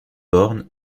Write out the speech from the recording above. born